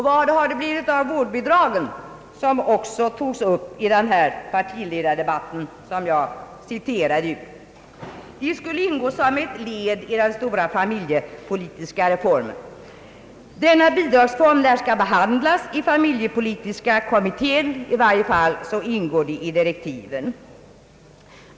Vad har det blivit av vårdbidragen, som också togs upp i den partiledardebatt som jag citerade ur? De skulle ju ingå som ett led i den stora familjepolitiska reformen. Denna bidragsform lär bli behandlad i familjepolitiska kommittén — i varje fall ingår den i direktiven.